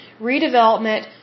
redevelopment